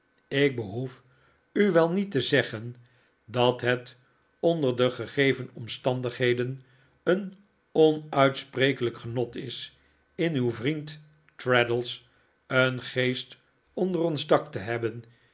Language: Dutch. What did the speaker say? ik behoef u wel niet te zeggen dat het onder de gegeven omstandigheden een onuitsprekelijk genot is in uw vriend traddles een geest onder ons dak te hebben